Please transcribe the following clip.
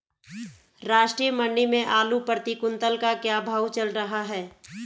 राष्ट्रीय मंडी में आलू प्रति कुन्तल का क्या भाव चल रहा है?